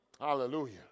Hallelujah